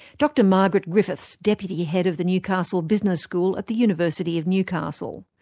dr margaret griffiths, deputy head of the newcastle business school at the university of newcastle.